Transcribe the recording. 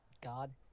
God